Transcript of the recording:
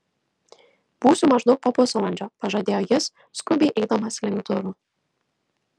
būsiu maždaug po pusvalandžio pažadėjo jis skubiai eidamas link durų